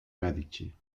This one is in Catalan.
medici